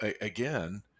again